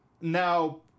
Now